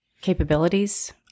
capabilities